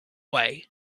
way